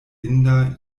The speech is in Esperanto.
inda